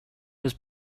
was